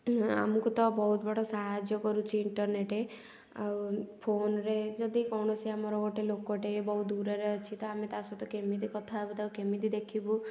ଆମକୁ ତ ବହୁତ ବଡ଼ ସାହାଯ୍ୟ କରୁଚି ଇଣ୍ଟରନେଟ୍ ଆଉ ଫୋନରେ ଯଦି କୌଣସି ଆମର ଗୋଟେ ଲୋକଟେ ବହୁ ଦୂରରେ ଅଛି ତ ଆମେ ତା ସହିତ କେମିତି କଥା ହେବା ତାକୁ କେମିତି ଦେଖିବୁ